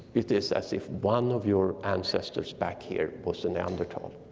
it is as if one of your ancestors back here was a neanderthal.